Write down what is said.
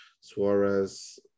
Suarez